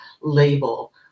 label